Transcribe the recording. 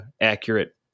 accurate